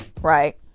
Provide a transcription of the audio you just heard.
right